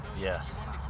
Yes